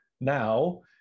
now